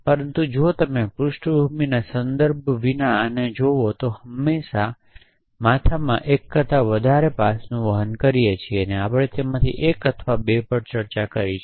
પરંતુ જો તમે પૃષ્ઠભૂમિ સંદર્ભ વિના આને જોવો તો આપણે હંમેશાં માથામાં 1 કરતા વધારે પાસ નું વહન કરીએ છીએ અને આપણે તેમાંથી 1 અથવા 2 પર ચર્ચા કરી છે